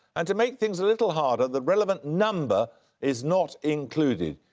and to make things a little harder, the relevant number is not included.